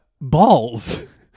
balls